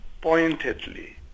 pointedly